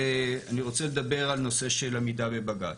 אני רוצה לדבר על הנושא של עמידה בבג"צ.